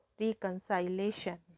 reconciliation